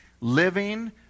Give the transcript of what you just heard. living